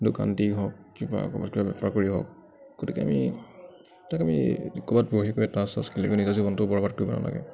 দোকান দি হওক কিবা ক'ৰবাত কিবা বেপাৰ কৰি হওক গতিকে আমি তাক আমি ক'ৰবাত বহি কৰি তাচ চাজ খেলি কৰি নিজৰ জীৱনটো বৰবাদ কৰিব নালাগে